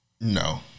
No